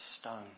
stone